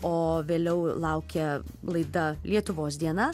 o vėliau laukia laida lietuvos diena